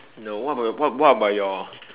no what about your what what about your